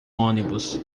ônibus